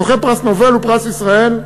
זוכי פרס נובל ופרס ישראל,